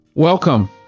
Welcome